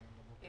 אני